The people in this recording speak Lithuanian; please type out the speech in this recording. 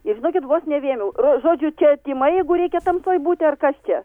ir žinokit vos ne vėmiau žodžiu čia tymai jeigu reikia tamsoj būti ar kas čia